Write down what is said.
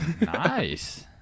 Nice